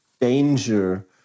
danger